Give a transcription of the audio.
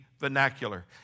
Vernacular